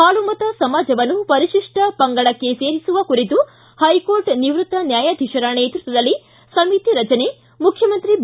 ಹಾಲುಮತ ಸಮಾಜವನ್ನು ಪರಿಶಿಷ್ಟ ಪಂಗಡಕ್ಕೆ ಸೇರಿಸುವ ಕುರಿತು ಪೈಕೋರ್ಟ್ ನಿವ್ವಕ್ತ ನ್ನಾಯಾಧೀಶರ ನೇತೃತ್ವದಲ್ಲಿ ಸಮಿತಿ ರಚನೆ ಮುಖ್ಯಮಂತ್ರಿ ಬಿ